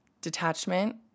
detachment